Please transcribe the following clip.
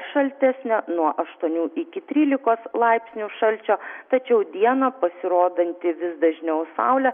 šaltesnė nuo aštuonių iki trylikos laipsnių šalčio tačiau dieną pasirodanti vis dažniau saulė